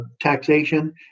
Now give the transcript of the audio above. taxation